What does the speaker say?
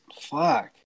fuck